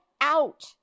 out